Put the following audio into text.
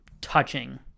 touching